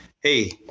hey